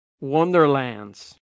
wonderlands